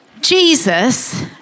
Jesus